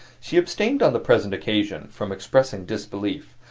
she abstained on the present occasion from expressing disbelief,